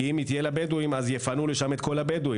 כי אז יפנו לשם את כל הבדואים,